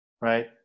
right